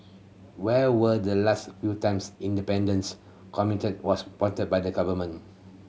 when were the last few time independence committee was appointed by the government